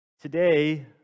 Today